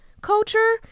culture